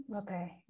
Okay